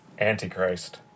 Antichrist